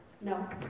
No